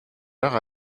heures